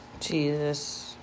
Jesus